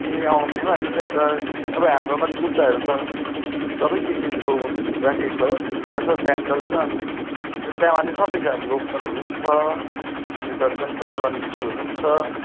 ए औँलीमा त्यसो हो भने त अब हाम्रोमा त जुत्ताहरू त सबै किसिमको राखेको छ हो जुत्ता छ स्यान्डल छ अनि जुत्तामा चाहिँ सबै छ अब लोफरहरू पनि छ स्निकर पनि छ रनिङ सुहरू नि छ